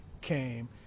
came